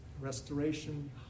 Restoration